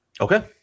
Okay